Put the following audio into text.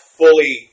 fully